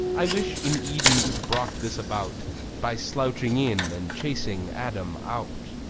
i wish in eden you'd brought this about by slouching in and chasing adam out.